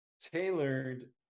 tailored